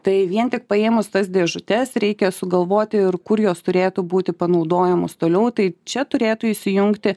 tai vien tik paėmus tas dėžutes reikia sugalvoti ir kur jos turėtų būti panaudojamos toliau tai čia turėtų įsijungti